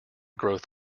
growth